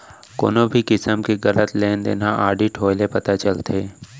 कोनो भी किसम के गलत लेन देन ह आडिट होए ले पता चलथे